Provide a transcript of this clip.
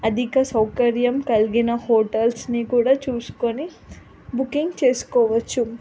అధిక సౌకర్యం కలిగిన హోటల్స్ని కూడా చూసుకుని బుకింగ్ చేసుకోవచ్చు